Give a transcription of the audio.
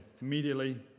immediately